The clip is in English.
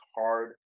hard